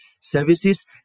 services